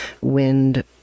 wind